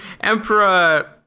Emperor